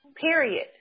Period